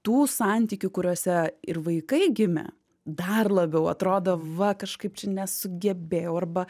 tų santykių kuriuose ir vaikai gimė dar labiau atrodo va kažkaip čia nesugebėjau arba